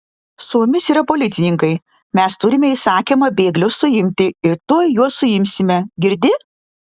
su mumis yra policininkai mes turime įsakymą bėglius suimti ir tuoj juos suimsime girdi